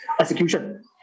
execution